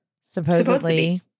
Supposedly